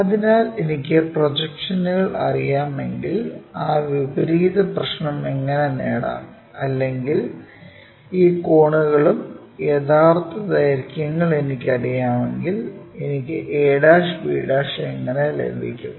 അതിനാൽ എനിക്ക് പ്രൊജക്ഷനുകൾ അറിയാമെങ്കിൽ ആ വിപരീത പ്രശ്നം എങ്ങനെ നേടാം അല്ലെങ്കിൽ ഈ കോണുകളും യഥാർത്ഥ ദൈർഘ്യങ്ങളും എനിക്കറിയാമെങ്കിൽ എനിക്ക് ab എങ്ങനെ ലഭിക്കും